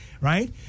right